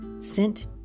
sent